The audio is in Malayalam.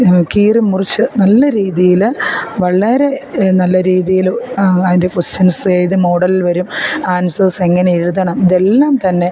കീറി മുറിച്ച് നല്ല രീതിയിൽ വളരെ നല്ല രീതിയിൽ അതിൻ്റെ ക്വസ്റ്റൻസ് ഏതു മോഡലിൽ വരും ആൻസേർസ് എങ്ങനെ എഴുതണം ഇതെല്ലാം തന്നെ